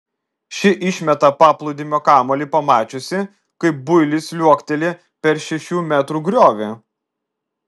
ši išmeta paplūdimio kamuolį pamačiusi kaip builis liuokteli per šešių metrų griovį